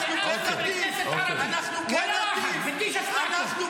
מי שלא גינה הרג של ילדים פלסטינים לא יטיף מוסר לאף חבר כנסת ערבי.